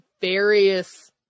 various